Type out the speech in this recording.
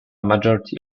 majority